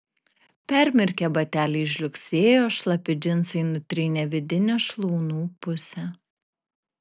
permirkę bateliai žliugsėjo šlapi džinsai nutrynė vidinę šlaunų pusę